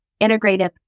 integrative